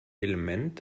element